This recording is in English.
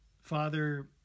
Father